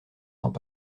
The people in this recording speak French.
cents